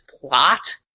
plot